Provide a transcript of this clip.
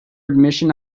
admission